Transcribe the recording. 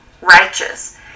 righteous